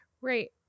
Right